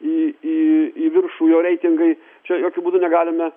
į į į viršų jo reitingai čia jokiu būdu negalime